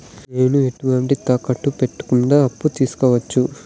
నేను ఎటువంటి తాకట్టు పెట్టకుండా అప్పు తీసుకోవచ్చా?